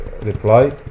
reply